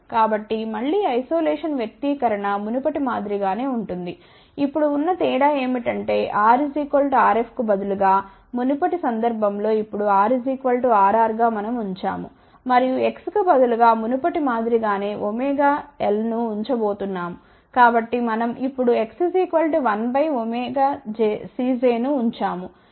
కాబట్టి మళ్ళీ ఐసోలేషన్ వ్యక్తీకరణ మునుపటి మాదిరి గానే ఉంటుంది ఇప్పుడు ఉన్న తేడా ఏమిటంటే R Rfకుబదులుగా మునుపటి సందర్భం లో ఇప్పుడు R Rr గా మనం ఉంచాము మరియు X కు బదులుగా మునుపటి మాదిరి గానే ωLను ఉంచబోతున్నాము కాబట్టి మనం ఇప్పుడు X 1 Cj ను ఉంచాము